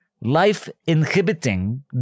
life-inhibiting